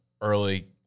early